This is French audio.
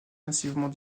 massivement